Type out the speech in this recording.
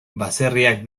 baserriak